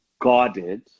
guarded